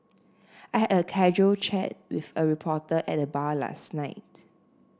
I had a casual chat with a reporter at the bar last night